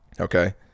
Okay